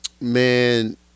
Man